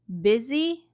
Busy